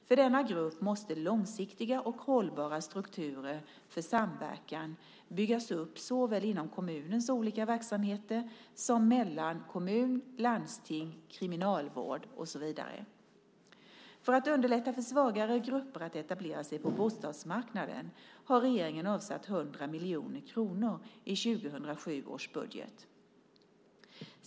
För denna grupp måste långsiktiga och hållbara strukturer för samverkan byggas upp såväl inom kommunens olika verksamheter som mellan kommun, landsting, kriminalvård och så vidare. För att underlätta för svagare grupper att etablera sig på bostadsmarknaden har regeringen avsatt 100 miljoner kronor i 2007 års budget.